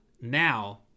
now